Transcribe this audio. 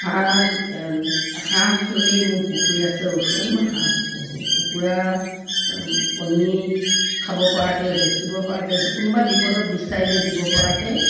হাঁহ হাঁহ খেলি মোৰ পুখুৰী আছে ওচৰত মই হাঁহটো পুহোঁ কুকুৰা কণী খাব পৰাকৈ বেচিব পৰাকৈ কোনোবাই বিপদত বিচাৰিলে দিব পৰাকৈ